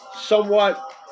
somewhat